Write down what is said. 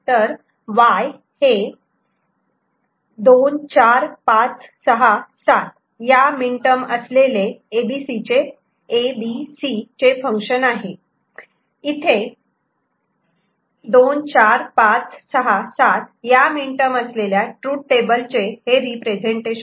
Y FABC Σ m24567 इथे 2 4 5 6 7 या minterm असलेल्या ट्रूथ टेबल चे हे रीप्रेझेन्टेशन आहे